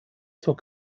zur